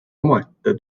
omaette